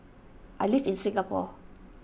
I live in Singapore